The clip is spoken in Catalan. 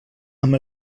amb